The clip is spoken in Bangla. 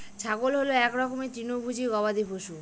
ছাগল হল এক রকমের তৃণভোজী গবাদি পশু